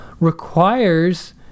requires